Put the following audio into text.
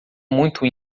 muito